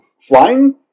Flying